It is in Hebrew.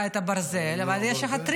בממ"ד יש לך את הברזל, אבל יש לך תריס.